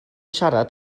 siarad